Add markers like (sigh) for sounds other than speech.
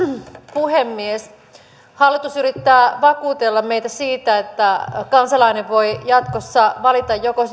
puhemies hallitus yrittää vakuutella meitä siitä että kansalainen voi jatkossa valita joko (unintelligible)